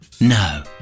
No